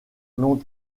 long